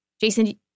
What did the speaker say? Jason